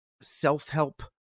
self-help